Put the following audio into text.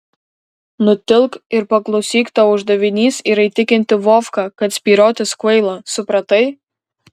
nutilk ir paklausyk tavo uždavinys yra įtikinti vovką kad spyriotis kvaila supratai